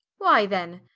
why then,